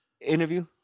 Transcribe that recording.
interview